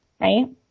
right